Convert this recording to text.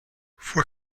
for